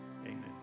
amen